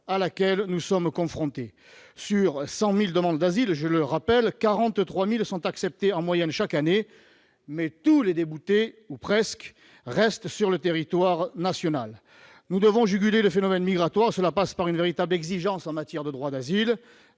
à laquelle nous sommes confrontés. Sur 100 000 demandes d'asile, je le rappelle, 43 000 sont acceptées en moyenne chaque année. Mais tous les déboutés, ou presque, restent sur le territoire national. Nous devons juguler le phénomène migratoire, et cela passe par une véritable exigence en matière de droit d'asile.